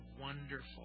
wonderful